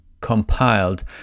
compiled